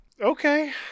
Okay